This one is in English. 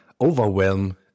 overwhelm